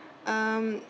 um